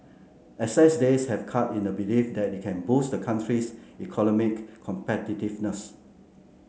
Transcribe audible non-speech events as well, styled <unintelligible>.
excess days have cut in a belief that it can boost the country's <unintelligible> competitiveness